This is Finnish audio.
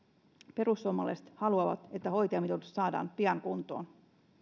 perussuomalaiset haluavat että hoitajamitoitus saadaan pian kuntoon